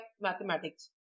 mathematics